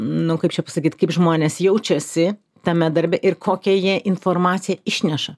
nu kaip čia pasakyt kaip žmonės jaučiasi tame darbe ir kokią jie informaciją išneša